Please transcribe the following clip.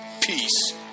peace